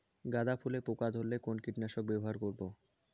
গাদা ফুলে পোকা ধরলে কোন কীটনাশক ব্যবহার করব?